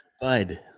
bud